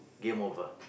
game over